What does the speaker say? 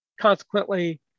Consequently